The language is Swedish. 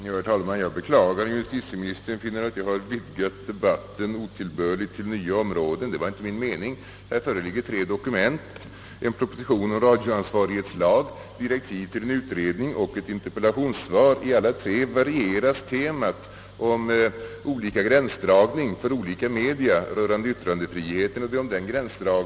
Herr talman! Jag beklagar om justitieministern finner att jag otillbörligt har vidgat debatten till nya områden. Det var inte min mening. Här föreligger tre dokument: en proposition om radioansvarighetslag, direktiv till en utredning och ett interpellationssvar. I alla tre varieras temat om olika gränsdragning rörande yttrandefriheten för olika media.